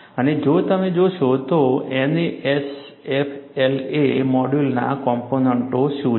અને જો તમે જોશો તો NASFLA મોડ્યુલના કોમ્પોનન્ટો શું છે